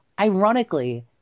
Ironically